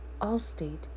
Allstate